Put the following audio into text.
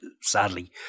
sadly